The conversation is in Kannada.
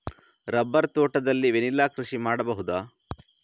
ರಬ್ಬರ್ ತೋಟದಲ್ಲಿ ವೆನಿಲ್ಲಾ ಕೃಷಿ ಮಾಡಬಹುದಾ?